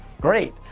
great